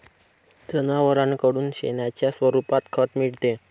जनावरांकडून शेणाच्या स्वरूपात खत मिळते